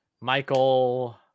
Michael